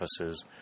offices